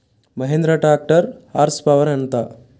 Mahindra tractor horsepower ఎంత?